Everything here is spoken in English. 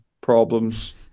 problems